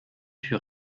fut